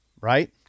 right